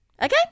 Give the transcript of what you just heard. Okay